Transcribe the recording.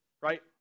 right